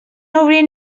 obrint